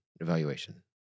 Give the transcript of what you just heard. evaluation